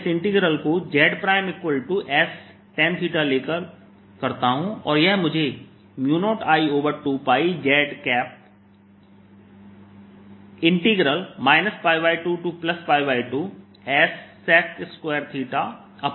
मैं इस इंटीग्रल को zs tan लेकर करता हूं और यह मुझे 0I2πz 22 s sec2s secθdθ देता है